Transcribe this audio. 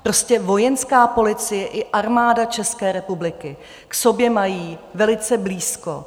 Prostě Vojenské policie i Armáda České republiky k sobě mají velice blízko.